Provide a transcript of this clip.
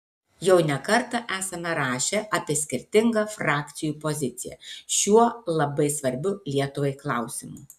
jau ne kartą esame rašę apie skirtingą frakcijų poziciją šiuo labai svarbiu lietuvai klausimu